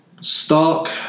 Stark